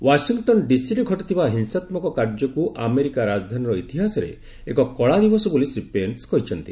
Washington ଡିସିରେ ଘଟିଥିବା ହିଂସାତ୍କକ କାର୍ଯ୍ୟକୁ ଆମେରିକା ରାଜଧାନୀର ଇତିହାସରେ ଏକ କଳାଦିବସ ବୋଲି ଶ୍ରୀ ପେନ୍ସ୍ କହିଛନ୍ତି